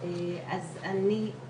יש נשים שגם